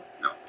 No